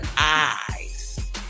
eyes